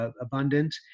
abundant